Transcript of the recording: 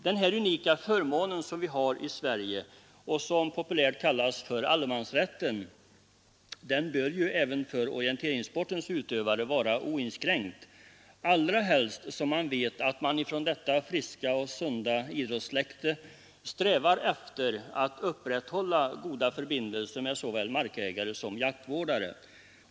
Den unika förmån som vi har i Sverige och som populärt kallas allemansrätten bör även för orienteringssportens utövare vara oinskränkt, allra helst som man vet att detta friska och sunda idrottssläkte strävar efter att uppnå goda förbindelser med såväl markägare som jaktvårdare.